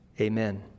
Amen